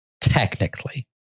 technically